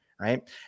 right